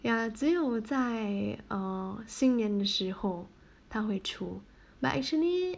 ya 只有在新年的时候它会出 but actually